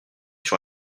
sur